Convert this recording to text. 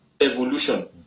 Evolution